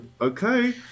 okay